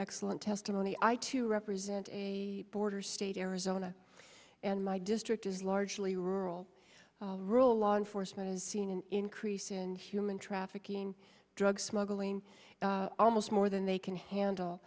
excellent testimony i to represent a border state arizona and my district is largely rural rural law enforcement has seen an increase in human trafficking drug smuggling almost more than they can handle